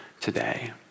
today